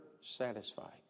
satisfied